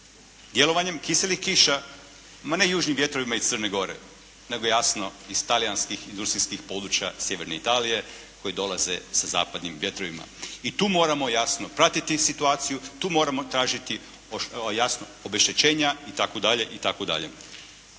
djelovanjem kiselih kiša, ma ne južnim vjetrovima iz Crne Gore, nego jasno iz talijanskih industrijskih područja sjeverne Italije koji dolaze sa zapadnim vjetrovima. I tu moramo jasno pratiti situaciju, tu moramo tražiti jasno obeštećenja i tako dalje i tako dalje.